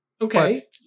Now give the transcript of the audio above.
Okay